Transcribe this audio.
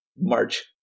March